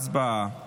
הצבעה.